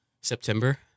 September